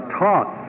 taught